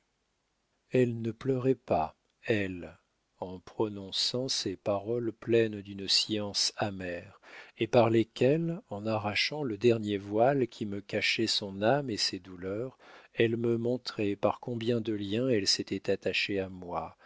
elle ne pleurait pas elle en prononçant ces paroles pleines d'une science amère et par lesquelles en arrachant le dernier voile qui me cachait son âme et ses douleurs elle me montrait par combien de liens elle s'était attachée à moi